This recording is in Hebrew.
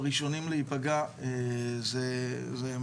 הראשונים להיפגע הם הפריפריה.